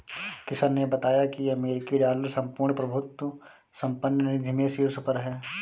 किशन ने बताया की अमेरिकी डॉलर संपूर्ण प्रभुत्व संपन्न निधि में शीर्ष पर है